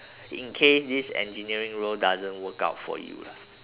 in case this engineering role doesn't work out for you lah